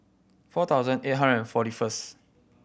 four thousand eight hundred and forty first